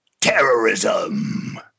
Terrorism